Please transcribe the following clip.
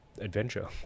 adventure